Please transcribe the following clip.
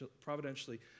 providentially